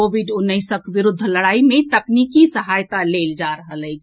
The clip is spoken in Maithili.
कोविड उन्नैसक विरूद्ध लड़ाई मे तकनीकी सहायता लेल जा रहल अछि